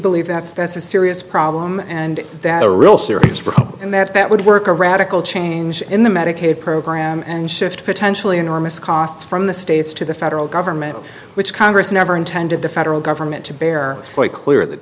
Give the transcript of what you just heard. believe that's that's a serious problem and that a real serious problem and that that would work a radical change in the medicaid program and shift potentially enormous costs from the states to the federal government which congress never intended the federal government to bear quite clear th